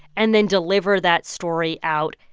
and then deliver that story out,